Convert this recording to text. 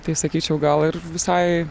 tai sakyčiau gal ir visai